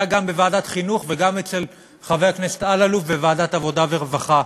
היה גם בוועדת החינוך וגם אצל חבר הכנסת אלאלוף בוועדת העבודה והרווחה,